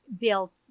built